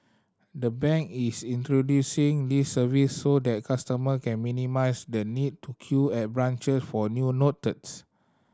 the bank is introducing this service so that customer can minimise the need to queue at branche for new notice